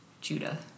Judah